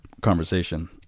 conversation